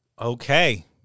Okay